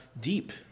deep